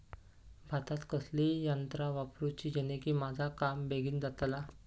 भातात कसली यांत्रा वापरुची जेनेकी माझा काम बेगीन जातला?